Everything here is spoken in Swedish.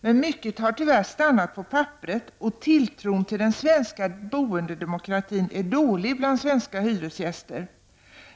Men mycket har tyvärr stannat på pappret, och tilltron till den svenska boendedemokratin är dålig bland svenska hyresgäster.